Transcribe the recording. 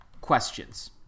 questions